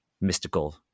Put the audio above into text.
mystical